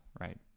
right